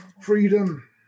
Freedom